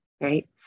right